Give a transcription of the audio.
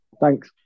Thanks